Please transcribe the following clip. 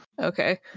Okay